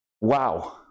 wow